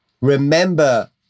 remember